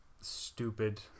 stupid